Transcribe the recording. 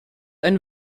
ein